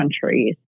countries